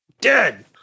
Dead